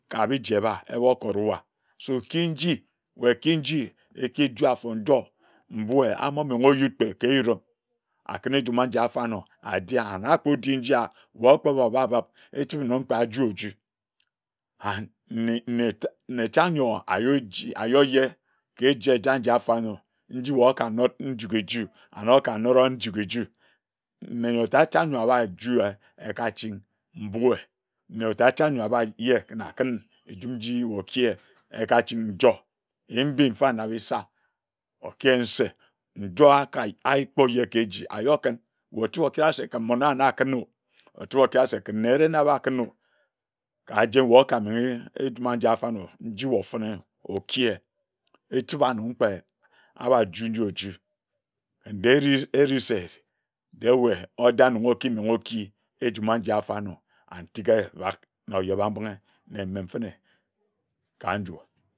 Ka biji emor koru wa so ki nji wae ki nji ekijor afor njor,. mbuea amomongho oyid kpe ke-ruk, akune njuma aji afarnor adia aba kpe di njia wae okpoba obabib echibe nong nga aju oju and ne nne tik nne chang nyea ayo eji ayo eje ke eji nyor afarnor nji wae okanod njuke eju and oka nod oyin njuke eju nyor tad chang nyor abae juea ekachin mbuea nyor tad chang nyor abae ye kena akin njim nji okie ekachinghi njor yim mbim mfa na esir okiyin se njor akayi ayi akpor je ke eji ayor kin ochibe okere se ken mmon owa na akuno ochibe okere se ken ere na aba kun ooo kajen wae okamenghe ejuma njia afanoro nji wae ofono wae okie etiba anong se abaju ye oju nderi erise de wae odang nga okimongho oki ejuma njia afanor and tike ebak na oyeba mbinghe nenem fene ka njuo